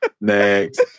Next